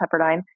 Pepperdine